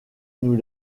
nous